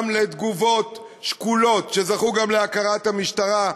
וגם לתגובות שקולות, שזכו להכרת המשטרה,